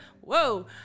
whoa